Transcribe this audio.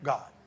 God